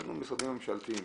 התמקדנו במשרדים הממשלתיים,